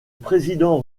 président